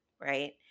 right